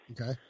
Okay